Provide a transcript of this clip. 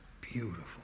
beautiful